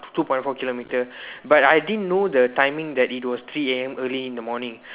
two point four kilometer but I didn't know the timing that it was three A_M early in the morning